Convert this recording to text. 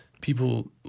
people